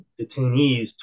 detainees